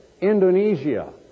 Indonesia